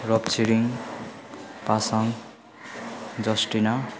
Rap Chhiring Pasang जस्टिना